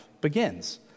begins